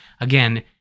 again